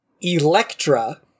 Electra